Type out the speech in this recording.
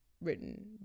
written